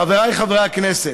חבריי חברי הכנסת,